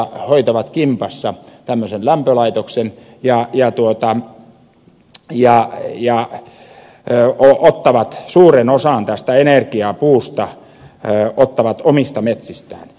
he hoitavat kimpassa tämmöisen lämpölaitoksen ja ottavat suuren osan tästä energiapuusta omista metsistään